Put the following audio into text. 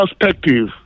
perspective